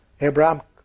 Abraham